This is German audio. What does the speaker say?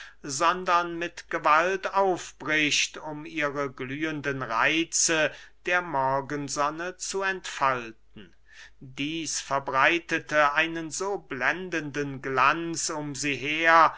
sondern mit gewalt aufbricht um ihre glühenden reitze der morgensonne zu entfalten dieß verbreitete einen so blendenden glanz um sie her